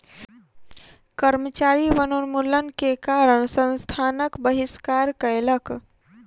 कर्मचारी वनोन्मूलन के कारण संस्थानक बहिष्कार कयलक